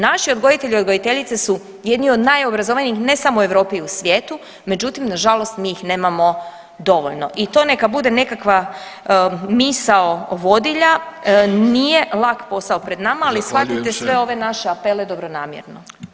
Naši odgojitelji i odgojiteljice su jedni od najobrazovanijih ne samo u Europi i u svijetu, međutim nažalost mi ih nemamo dovoljno i to neka bude nekakva misao vodilja, nije lak posao pred nama, ali shvatite sve ove naše apele dobronamjerno.